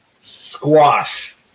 Squash